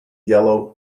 yellow